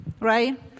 right